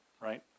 right